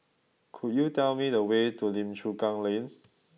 could you tell me the way to Lim Chu Kang Lane